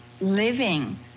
living